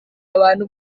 abantu